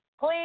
please